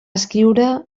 escriure